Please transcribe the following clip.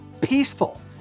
peaceful